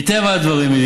מטבע הדברים,